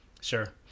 Sure